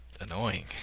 annoying